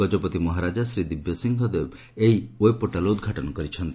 ଗଜପତି ମହାରାଜା ଶ୍ରୀ ଦିବ୍ୟସିଂହଦେଓ ଏହି web portal ଉଦ୍ଘାଟନ କରିଛନ୍ତି